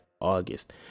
August